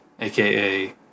AKA